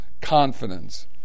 Confidence